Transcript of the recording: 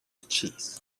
cheese